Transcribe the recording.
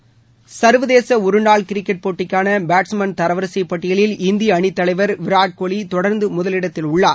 விளையாட்டுச் செய்திகள் சர்வதேச ஒருநாள் கிரிக்கெட் போட்டிக்கான பேட்ஸ்மேன் தரவரிசை பட்டியலில் இந்திய அணித் தலைவர் விராட் கோலி தொடர்ந்து முதலிடத்தில் உள்ளார்